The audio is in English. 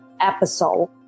episode